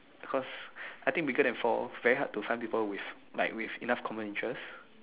cause I think bigger than four very hard to find people with like with enough common interest